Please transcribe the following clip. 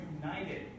united